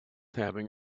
having